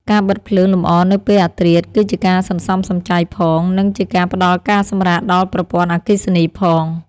ការបិទភ្លើងលម្អនៅពេលអធ្រាត្រគឺជាការសន្សំសំចៃផង និងជាការផ្តល់ការសម្រាកដល់ប្រព័ន្ធអគ្គិសនីផង។